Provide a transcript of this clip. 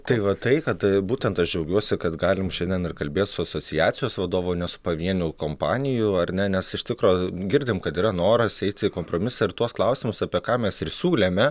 tai va tai kad būtent aš džiaugiuosi kad galim šiandien ir kalbėt su asociacijos vadovu nes pavienių kompanijų ar ne nes iš tikro girdim kad yra noras eit į kompromisą ir tuos klausimus apie ką mes ir siūlėme